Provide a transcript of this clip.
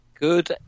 Good